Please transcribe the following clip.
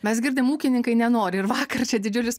mes girdim ūkininkai nenori ir vakar čia didžiulis